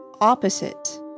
opposite